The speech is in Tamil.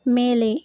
மேலே